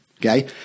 okay